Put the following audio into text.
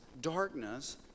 darkness